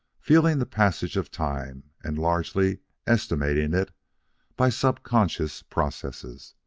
feeling the passage of time and largely estimating it by subconscious processes.